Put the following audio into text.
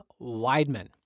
Weidman